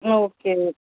ம் ஓகே ஓ